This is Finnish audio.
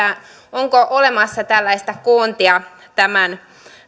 onko olemassa tällaista koontia tämän